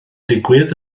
digwydd